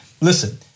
Listen